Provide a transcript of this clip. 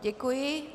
Děkuji.